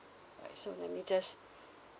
alright so let me just